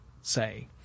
say